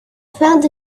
found